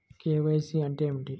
KYC అంటే ఏమిటి?